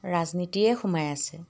ৰাজনীতিয়ে সোমাই আছে